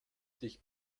dich